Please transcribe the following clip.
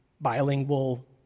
bilingual